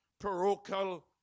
parochial